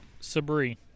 Sabri